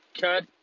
cut